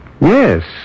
Yes